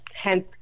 hence